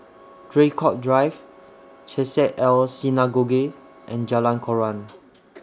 Draycott Drive Chesed El Synagogue and Jalan Koran